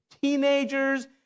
teenagers